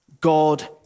God